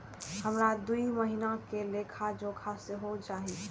हमरा दूय महीना के लेखा जोखा सेहो चाही